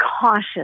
cautious